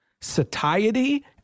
satiety